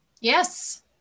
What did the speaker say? Yes